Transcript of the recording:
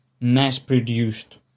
mass-produced